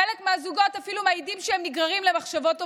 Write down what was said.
חלק מהזוגות אפילו מעידים שהם נגררים למחשבות אובדניות.